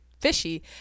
fishy